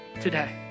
today